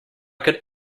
could